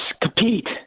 compete